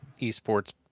eSports